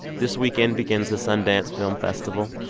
this weekend begins the sundance film festival.